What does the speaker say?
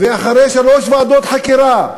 ואחרי שלוש ועדות חקירה,